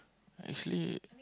actually